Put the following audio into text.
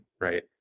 right